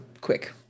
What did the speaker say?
quick